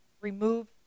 remove